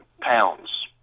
pounds